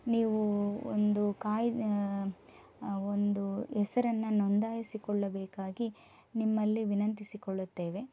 ನೀವೂ ಒಂದು ಕಾಯ್ದ್ ಒಂದು ಹೆಸರನ್ನು ನೊಂದಾಯಿಸಿಕೊಳ್ಳಬೇಕಾಗಿ ನಿಮ್ಮಲ್ಲಿ ವಿನಂತಿಸಿಕೊಳ್ಳುತ್ತೇವೆ